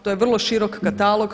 To je vrlo širok katalog.